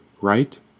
right